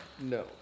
no